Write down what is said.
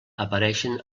apareixen